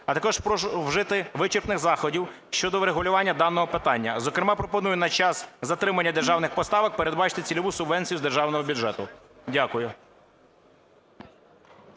А також прошу вжити вичерпних заходів щодо врегулювання даного питання, зокрема пропоную на час затримання державних поставок передбачити цільову субвенцію з державного бюджету. Дякую.